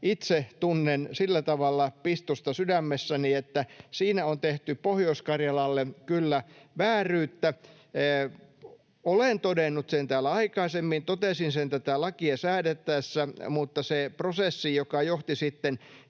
tavalla pistosta sydämessäni, että siinä on tehty Pohjois-Karjalalle kyllä vääryyttä. Olen todennut sen täällä aikaisemmin, totesin sen tätä lakia säädettäessä, mutta se prosessi, joka johti sitten